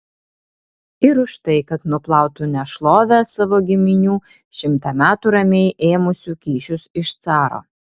ir už tai kad nuplautų nešlovę savo giminių šimtą metų ramiai ėmusių kyšius iš caro